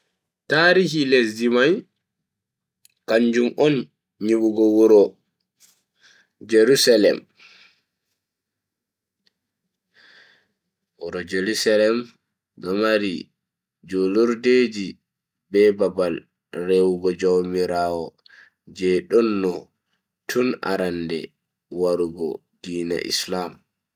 Tarihi lesdi mai kanjum on nyibugo wuro jarusalem. wuro Jerusalem do mari julirdeji be babal rewugo jaumiraawo je don no tun arande warugo diina islama.